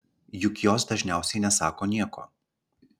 juk jos dažniausiai nesako nieko